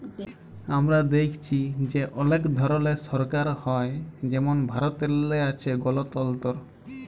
আমরা দ্যাইখছি যে অলেক ধরলের সরকার হ্যয় যেমল ভারতেল্লে আছে গলতল্ত্র